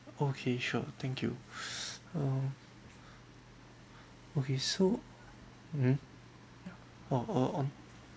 okay sure thank you um okay so mm oh uh oh